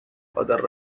other